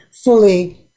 fully